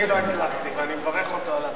אני לא הצלחתי, ואני מברך אותו על ההצלחה.